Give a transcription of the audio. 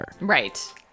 Right